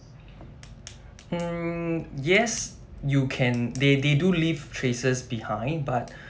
um yes you can they they do leave traces behind but